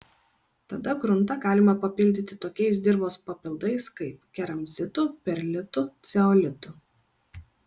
tada gruntą galima papildyti tokiais dirvos papildais kaip keramzitu perlitu ceolitu